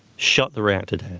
shut the reactor down.